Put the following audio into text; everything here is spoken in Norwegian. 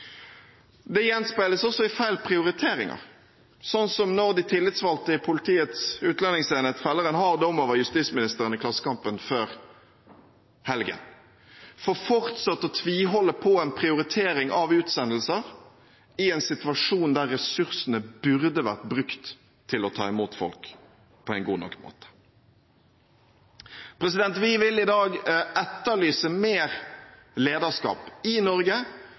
Det gjenspeiles også i feil prioriteringer, sånn som når de tillitsvalgte i Politiets utlendingsenhet feller en hard dom over justisministeren i Klassekampen før helgen for fortsatt å tviholde på en prioritering av utsendelser i en situasjon der ressursene burde vært brukt til å ta imot folk på en god nok måte. Vi vil i dag etterlyse mer lederskap i Norge